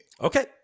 Okay